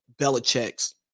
Belichick's